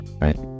right